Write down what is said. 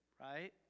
right